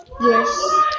Yes